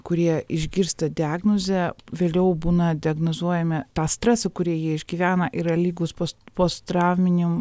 kurie išgirsta diagnozę vėliau būna diagnozuojami tą stresą kurį jie išgyvena yra lygūs post postrauminiam